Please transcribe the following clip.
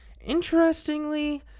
Interestingly